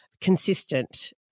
consistent